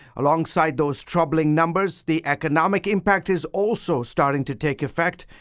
alongside those troubling numbers, the economic impact is also starting to take effect.